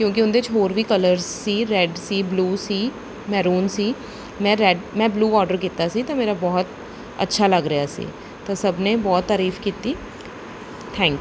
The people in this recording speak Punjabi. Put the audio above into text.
ਕਿਉਂਕਿ ਉਹਨਾਂ ਦੇ 'ਚ ਹੋਰ ਵੀ ਕਲਰਸ ਸੀ ਰੈੱਡ ਸੀ ਬਲੂ ਸੀ ਮਹਿਰੂਨ ਸੀ ਮੈਂ ਰੈੱਡ ਮੈਂ ਬਲੂ ਔਡਰ ਕੀਤਾ ਸੀ ਅਤੇ ਮੇਰਾ ਬਹੁਤ ਅੱਛਾ ਲੱਗ ਰਿਹਾ ਸੀ ਤਾਂ ਸਭ ਨੇ ਬਹੁਤ ਤਾਰੀਫ ਕੀਤੀ ਥੈਂ